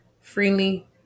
freely